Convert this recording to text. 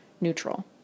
neutral